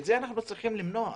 את זה אנחנו צריכים למנוע.